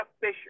Fisher